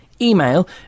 Email